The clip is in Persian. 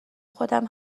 خودم